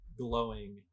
glowing